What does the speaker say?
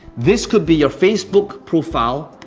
this could be your facebook profile,